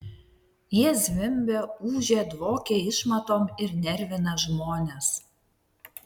jie zvimbia ūžia dvokia išmatom ir nervina žmones